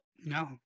No